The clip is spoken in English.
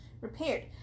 repaired